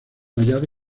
hallazgo